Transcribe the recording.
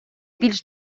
більш